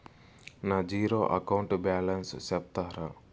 నా zero account balance సెప్తారా?